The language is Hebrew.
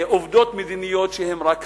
עובדות מדיניות שהן רק פיקציות.